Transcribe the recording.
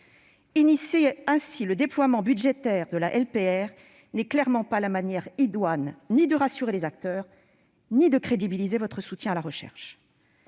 Engager ainsi le déploiement budgétaire de la LPR n'est clairement pas la manière idoine ni de rassurer les acteurs ni de crédibiliser votre soutien à la recherche.